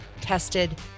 tested